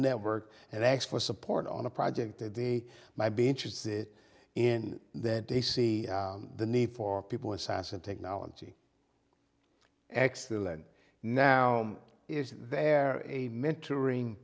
network and ask for support on a project that they might be interested in that they see the need for people with science and technology excellent now is there a mentoring